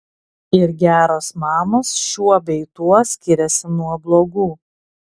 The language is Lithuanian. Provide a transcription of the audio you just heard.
ir geros mamos šiuo bei tuo skiriasi nuo blogų